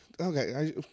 Okay